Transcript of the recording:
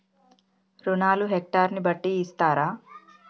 రుణాలు హెక్టర్ ని బట్టి ఇస్తారా?